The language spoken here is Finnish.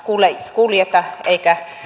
kuljeta eikä